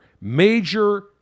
major